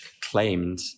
claimed